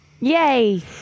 Yay